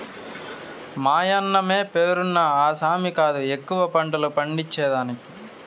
మాయన్నమే పేరున్న ఆసామి కాదు ఎక్కువ పంటలు పండించేదానికి